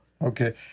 Okay